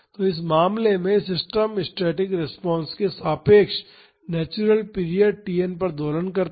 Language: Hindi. तो इस मामले में सिस्टम स्टैटिक रिस्पांस के सापेक्ष नेचुरल पीरियड Tn पर दोलन करता है